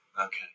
Okay